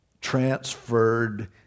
transferred